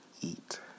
eat